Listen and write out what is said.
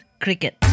cricket